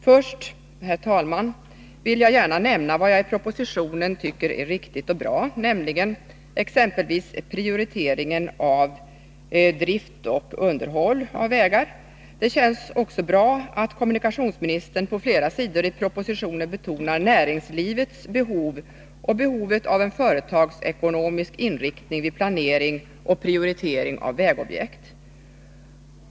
Först, herr talman, vill jag gärna nämna vad jag i propositionen tycker är riktigt och bra, nämligen exempelvis prioriteringen av drift och underhåll av vägar. Det känns också bra att kommunikationsministern på flera sidor i propositionen betonar näringslivets behov och behovet av en företagsekonomisk inriktning vid planering och prioritering av vägobjekt.